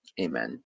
Amen